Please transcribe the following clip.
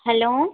hello